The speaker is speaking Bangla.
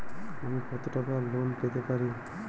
আমি কত টাকা লোন পেতে পারি?